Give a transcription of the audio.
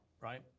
right